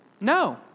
No